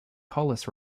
colas